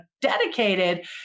dedicated